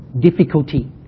difficulty